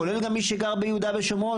כולל גם מי שגר ביהודה ושומרון,